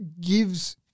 gives